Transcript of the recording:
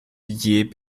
jäh